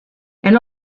elle